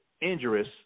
injurious